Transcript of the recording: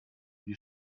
die